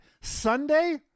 Sunday